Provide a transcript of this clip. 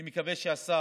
אני מקווה שהשר